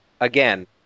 Again